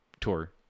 Tour